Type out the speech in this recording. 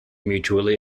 mutually